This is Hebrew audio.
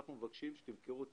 אנחנו מבקשים שתמכרו אחד.